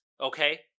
Okay